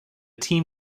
team